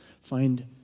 find